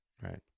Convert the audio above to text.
Right